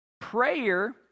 Prayer